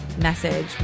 message